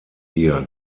ihr